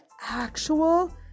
actual